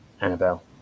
Annabelle